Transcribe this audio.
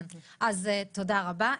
תודה רבה.